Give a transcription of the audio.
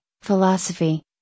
philosophy